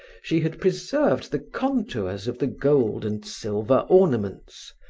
she had preserved the contours of the gold and silver ornaments,